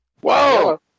Whoa